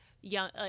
young